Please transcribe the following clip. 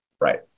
Right